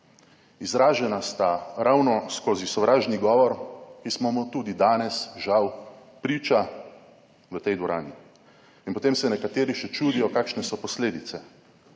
Izražena sta ravno skozi sovražni govor, ki smo mu tudi danes žal priča v tej dvorani in potem se nekateri še čudijo kakšne so posledice.